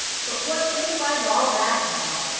but what signifies all that now?